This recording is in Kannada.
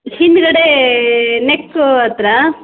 ಹಿಂದುಗಡೆ ನೆಕ್ಕ ಹತ್ರ